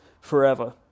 forever